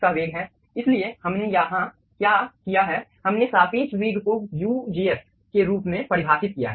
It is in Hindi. इसलिए हमने यहां क्या किया है हमने सापेक्ष वेग को ugf के रूप में परिभाषित किया है